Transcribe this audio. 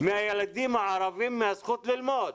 מהילדים הערבים ולא נותנים להם את הזכות ללמוד.